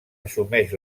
assumeix